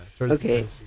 okay